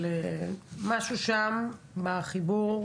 וגם משהו שם בחיבור